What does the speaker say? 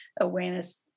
awareness